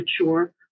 mature